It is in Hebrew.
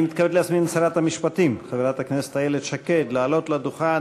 אני מתכבד להזמין את שרת המשפטים חברת הכנסת איילת שקד לעלות לדוכן